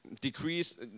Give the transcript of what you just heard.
Decrease